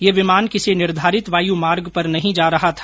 यह विमान किसी निर्धारित वायुमार्ग पर नहीं जा रहा था